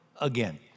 again